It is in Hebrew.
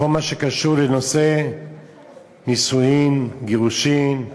בכל מה שקשור לנושא נישואים, גירושים.